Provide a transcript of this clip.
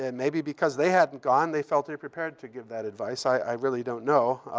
and maybe because they hadn't gone, they felt ill-prepared to give that advice. i really don't know.